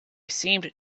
seemed